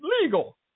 legal